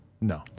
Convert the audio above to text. No